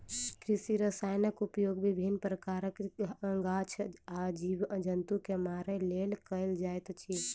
कृषि रसायनक उपयोग विभिन्न प्रकारक गाछ आ जीव जन्तु के मारय लेल कयल जाइत अछि